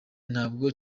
ntabwo